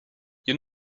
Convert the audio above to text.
you